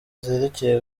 zerekeye